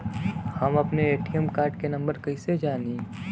हम अपने ATM card के नंबर कइसे जानी?